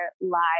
lives